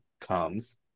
comes